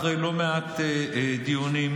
אחרי לא מעט דיונים,